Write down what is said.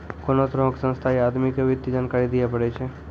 कोनो तरहो के संस्था या आदमी के वित्तीय जानकारी दियै पड़ै छै